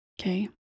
Okay